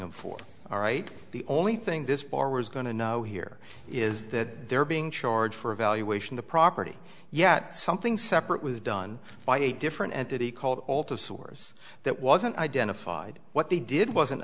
and for all right the only thing this bar was going to know here is that they're being charged for evaluation the property yet something separate was done by a different entity called all to source that wasn't identified what they did wasn't